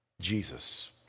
Jesus